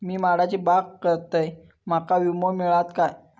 मी माडाची बाग करतंय माका विमो मिळात काय?